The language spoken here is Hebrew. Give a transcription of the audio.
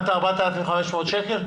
גם את ה-4,500 שקלים?